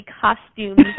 costumes